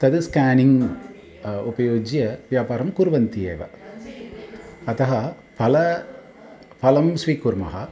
तद् स्कानिङ्ग् उपयुज्य व्यापरं कुर्वन्ति एव अतः फलं फलं स्वीकुर्मः